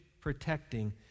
protecting